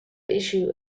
issue